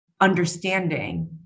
understanding